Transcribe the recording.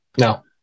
No